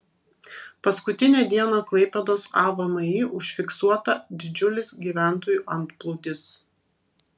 paskutinę dieną klaipėdos avmi užfiksuota didžiulis gyventojų antplūdis